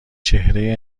چهره